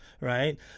Right